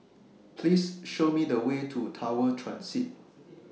Please Show Me The Way to Tower Transit